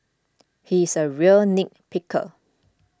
he is a real nit picker